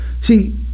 See